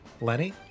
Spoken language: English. lenny